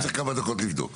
אני צריך כמה דקות לבדוק.